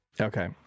Okay